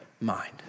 mind